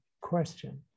question